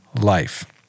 life